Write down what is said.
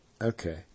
Okay